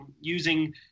using